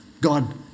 God